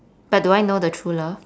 but do I know the true love